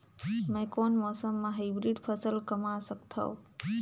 मै कोन मौसम म हाईब्रिड फसल कमा सकथव?